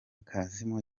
kassim